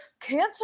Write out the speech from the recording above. cancer